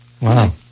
Wow